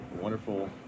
wonderful